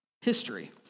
history